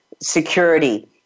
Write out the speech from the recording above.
security